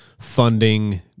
funding